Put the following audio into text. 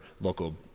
local